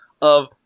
of-